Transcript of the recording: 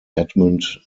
edmund